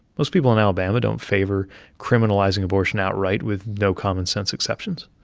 most people in alabama don't favor criminalizing abortion outright with no common-sense exceptions.